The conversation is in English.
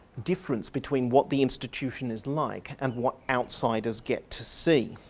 difference between what the institution is like and what outsiders get to see.